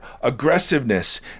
aggressiveness